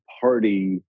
party